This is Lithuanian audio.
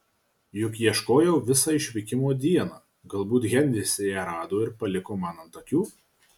juk ieškojau visą išvykimo dieną galbūt henris ją rado ir paliko man ant akių